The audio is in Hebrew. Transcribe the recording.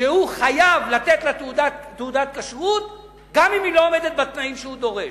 שהוא חייב לתת לה תעודת כשרות גם אם היא לא עומדת בתנאים שהוא דורש.